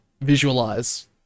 visualize